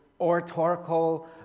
oratorical